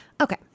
Okay